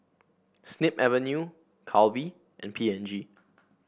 Snip Avenue Calbee and P and G